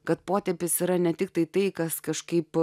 kad potėpis yra ne tiktai tai kas kažkaip